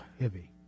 heavy